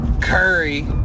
Curry